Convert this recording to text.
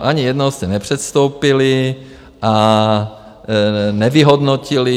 Ani jednou jste nepředstoupili a nevyhodnotili.